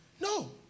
no